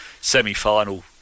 semi-final